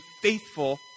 faithful